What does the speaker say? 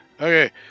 Okay